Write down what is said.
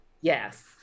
yes